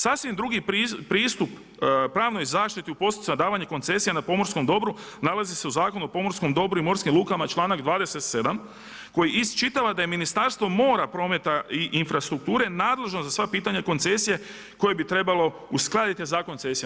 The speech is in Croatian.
Sasvim drugi pristup pravnoj zaštiti u postupcima davanja koncesija na pomorskom dobru nalazi se u Zakonu o pomorskom dobru i morskim lukama članak 27. koji iščitava da je Ministarstvo mora, prometa i infrastrukture nadležno za sva pitanja koncesije koje bi trebalo uskladiti za koncesije.